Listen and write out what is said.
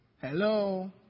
Hello